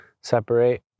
separate